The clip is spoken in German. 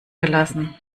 gelassen